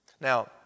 Now